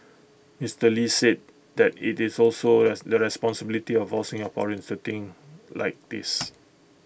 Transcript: Mister lee said that IT is also the responsibility of all Singaporeans for think like this